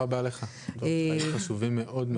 תודה רבה לך על הדברים החשובים מאוד מאוד.